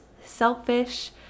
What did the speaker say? selfish